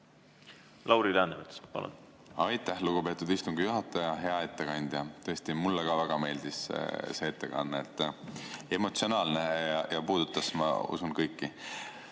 Lauri Läänemets, palun! Aitäh, lugupeetud istungi juhataja! Hea ettekandja! Tõesti, mulle ka väga meeldis see ettekanne. See oli emotsionaalne ja puudutas, ma usun, kõiki.